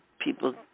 people